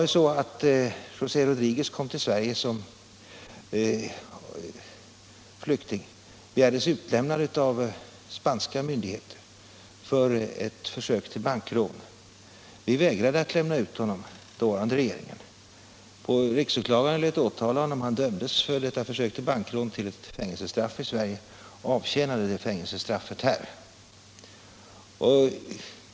José Rodriguez kom ju till Sverige som flykting och begärdes utlämnad av de spanska myndigheterna för ett försök till bankrån. Den dåvarande regeringen vägrade att lämna ut honom. Riksåklagaren lät åtala Rodriguez, som för detta försök till bankrån dömdes till ett fängelsestraff i Sverige. Han avtjänade också det fängelsestraffet här.